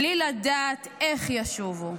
בלי לדעת איך ישובו,